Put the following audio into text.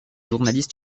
journaliste